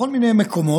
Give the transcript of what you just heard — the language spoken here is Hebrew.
בכל מיני מקומות.